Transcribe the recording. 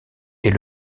est